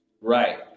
Right